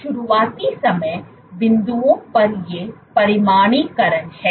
तो शुरुआती समय बिंदुओं पर ये परिमाणीकरण है